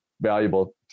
valuable